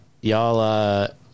y'all